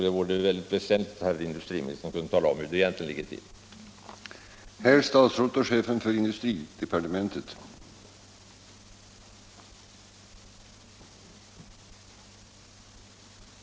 Det vore därför angeläget att industriministern talade om hur det egentligen ligger till med detta.